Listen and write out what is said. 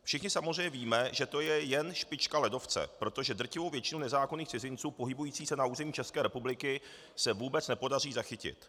Všichni samozřejmě víme, že to je jen špička ledovce, protože drtivou většinu nezákonných cizinců pohybujících se na území České republiky se vůbec nepodaří zachytit.